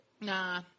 Nah